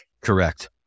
Correct